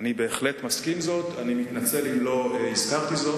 שהפך למחסן לחומרי בניין,